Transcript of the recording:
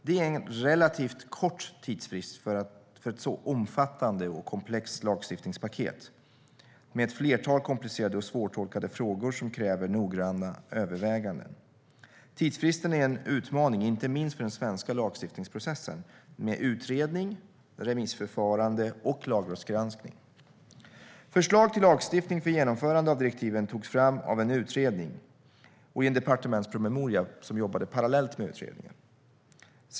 Det är en relativt kort tidsfrist för ett så omfattande och komplext lagstiftningspaket med ett flertal komplicerade och svårtolkade frågor som kräver noggranna överväganden. Tidsfristen är en utmaning inte minst för den svenska lagstiftningsprocessen med utredning, remissförfarande och lagrådsgranskning. Förslag till lagstiftning för genomförande av direktiven togs fram av en utredning och i en departementspromemoria som utarbetades parallellt med utredningen.